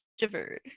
Shiver